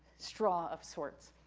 straw of sorts.